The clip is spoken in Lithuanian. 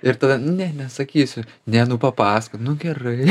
ir tada ne nesakysiu ne nu papasakok nu gerai